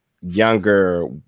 younger